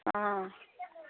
অঁ